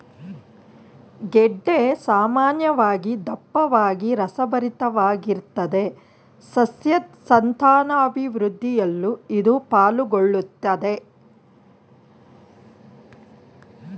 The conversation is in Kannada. ಗೆಡ್ಡೆ ಸಾಮಾನ್ಯವಾಗಿ ದಪ್ಪವಾಗಿ ರಸಭರಿತವಾಗಿರ್ತದೆ ಸಸ್ಯದ್ ಸಂತಾನಾಭಿವೃದ್ಧಿಯಲ್ಲೂ ಇದು ಪಾಲುಗೊಳ್ಳುತ್ದೆ